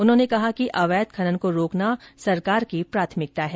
उन्होंने कहा कि अवैध खनन को रोकना सरकार के प्राथमिकता है